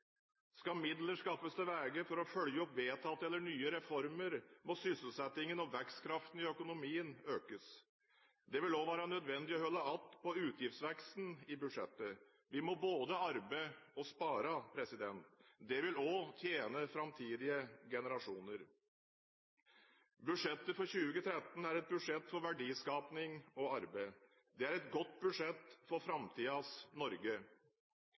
Skal midler skaffes til veie for å følge opp vedtatte eller nye reformer, må sysselsettingen og vekstkraften i økonomien økes. Det vil også være nødvendig å holde igjen på utgiftsveksten i budsjettet. Vi må både arbeide og spare. Det vil også tjene framtidige generasjoner. Budsjettet for 2013 er et budsjett for verdiskaping og arbeid. Det er et godt budsjett for framtidens Norge.